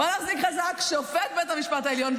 בואו נחזיק חזק: שופט בית המשפט העליון.